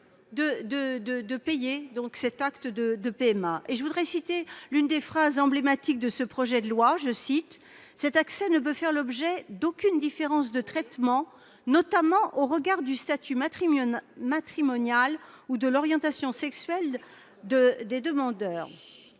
de payer la PMA. Je voudrais citer l'une des phrases emblématiques de ce projet de loi :« Cet accès ne peut faire l'objet d'aucune différence de traitement, notamment au regard du statut matrimonial ou de l'orientation sexuelle des demandeurs. »